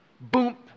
boom